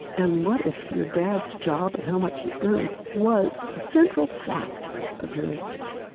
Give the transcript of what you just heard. and what if your dad's job and how much he earned was the central fact of your life?